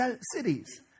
cities